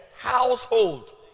household